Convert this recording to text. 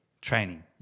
Training